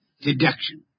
Deduction